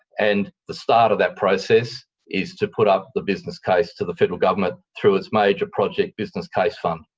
and the start of that process is to put up the business case to the federal government through its major project business case fund.